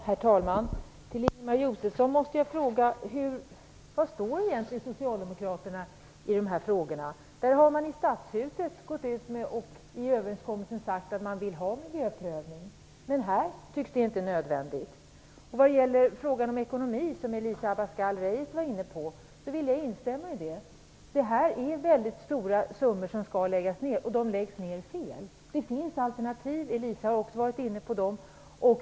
Herr talman! Jag måste fråga Ingemar Josefsson var socialdemokraterna egentligen står i dessa frågor. I Stadshuset och i överenskommelsen har man sagt att man vill ha miljöprövning. Men här tycks det inte nödvändigt. Jag vill instämma i vad Elisa Abascal Reyes sade om ekonomin. Det handlar om väldigt stora summor, och de läggs fel. Det finns alternativ - Elisa Abascal Reyes var inne på dem.